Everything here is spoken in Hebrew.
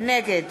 נגד